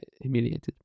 humiliated